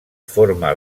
forma